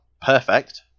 perfect